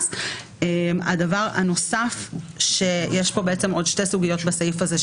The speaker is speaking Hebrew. בסעיף 3 יש פה עוד שתי סוגיות.